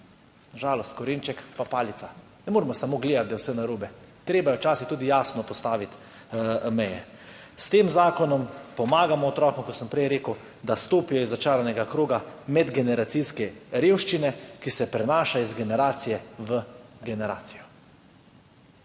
žalost, korenček pa palica. Ne moremo samo gledati, da je vse narobe, treba je včasih tudi jasno postaviti meje. S tem zakonom pomagamo otrokom, kot sem prej rekel, da stopijo iz začaranega kroga medgeneracijske revščine, ki se prenaša iz generacije v generacijo.